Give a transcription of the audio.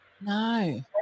No